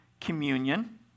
communion